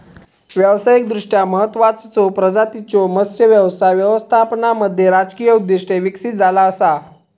व्यावसायिकदृष्ट्या महत्त्वाचचो प्रजातींच्यो मत्स्य व्यवसाय व्यवस्थापनामध्ये राजकीय उद्दिष्टे विकसित झाला असा